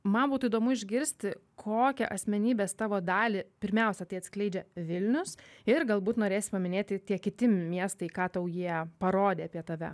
man būtų įdomu išgirsti kokią asmenybės tavo dalį pirmiausia tai atskleidžia vilnius ir galbūt norėsi paminėti tie kiti miestai ką tau jie parodė apie tave